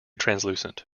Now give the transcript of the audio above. translucent